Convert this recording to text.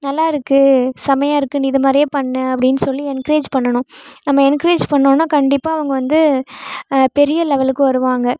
நல்லாயிருக்கு செமையா இருக்குது நீ இதமாதிரியே பண்ணு அப்படின்னு சொல்லி என்கரேஜ் பண்ணணும் நம்ம என்கரேஜ் பண்ணோம்ன்னா கண்டிப்பாக அவங்க வந்து பெரிய லெவலுக்கு வருவாங்க